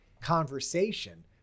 conversation